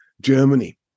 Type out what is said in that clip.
Germany